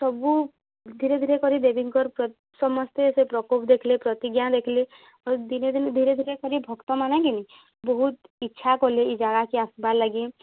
ସବୁ ଧୀରେ ଧୀରେ କରି ଦେବୀଙ୍କର୍ ସମସ୍ତେ ସେ ପ୍ରକୋପ୍ ଦେଖ୍ଲେ ପ୍ରତିଜ୍ଞା ଦେଖ୍ଲେ ଆଉ ଧୀରେ ଧୀରେ କରି ଭକ୍ତମାନେ କି ନାଇଁ ବହୁତ୍ ଇଚ୍ଛାକଲେ ଇ ଜାଗାକେ ଆସ୍ବା ଲାଗି